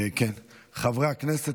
חברי הכנסת,